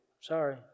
Sorry